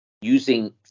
using